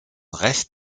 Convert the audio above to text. recht